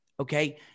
Okay